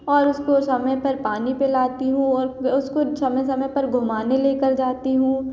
और उसको समय पर पानी पिलाती हूँ और उसको समय समय पर घुमाने लेकर जाती हूँ